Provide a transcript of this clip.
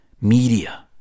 media